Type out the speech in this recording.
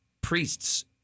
priests